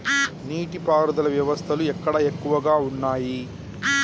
నీటి పారుదల వ్యవస్థలు ఎక్కడ ఎక్కువగా ఉన్నాయి?